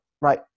right